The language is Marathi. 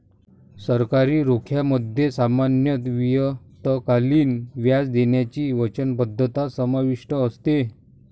सरकारी रोख्यांमध्ये सामान्यत नियतकालिक व्याज देण्याची वचनबद्धता समाविष्ट असते